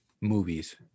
movies